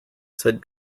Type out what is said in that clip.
said